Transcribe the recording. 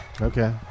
okay